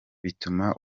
bituma